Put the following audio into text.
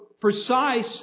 precise